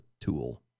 tool